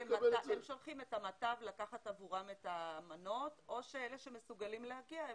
הם שולחים את המט"ב לקחת עבורם את המנות או שאלה שמסוגלים להגיע,